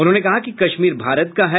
उन्होंने कहा कि कश्मीर भारत का है